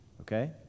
Okay